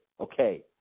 Okay